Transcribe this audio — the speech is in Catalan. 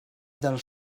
del